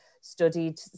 studied